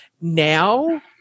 Now